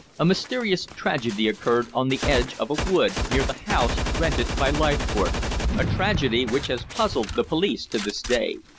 a mysterious tragedy occurred on the edge of a wood near the house rented by leithcourt a tragedy which has puzzled the police to this day.